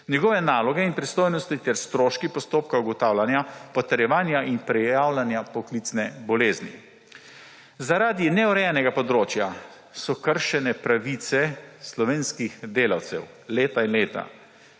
njegove naloge in pristojnosti ter stroški postopka ugotavljanja, potrjevanja in prijavljanja poklicne bolezni. Zaradi neurejenega področja so leta in leta kršene pravice slovenskih delavcev, ki ne